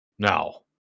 Now